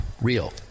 real